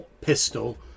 pistol